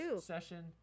session